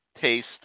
taste